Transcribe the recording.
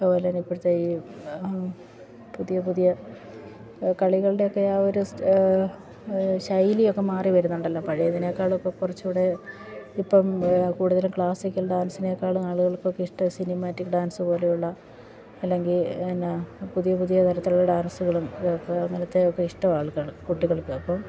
അതുപോലെ തന്നെ ഇപ്പോഴത്തെ ഈ പുതിയ പുതിയ കളികളുടെ ഒക്കെ ആ ഒരു ശൈലിയൊക്കെ മാറി വരുന്നുണ്ടല്ലോ പഴയതിനേക്കാളൊക്കെ കുറച്ചു കൂടെ ഇപ്പം കൂടുതലും ക്ലാസിക്കൽ ഡാൻസിനേക്കാളും ആളുകൾകൊക്കെ ഇഷ്ടം സിനിമാറ്റിക് ഡാൻസ് പോലെയുള്ള അല്ലെങ്കിൽ എന്നാൽ പുതിയ പുതിയ തരത്തിലുള്ള ഡാൻസുകളും ഇതൊക്കെ അങ്ങനത്തെയൊക്കെ ഇഷ്ടം ആൾക്കാർ കുട്ടികൾക്ക് അപ്പം